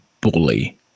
bully